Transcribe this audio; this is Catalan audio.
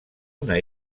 una